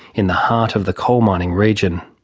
in the heart of the coal mining region.